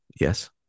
yes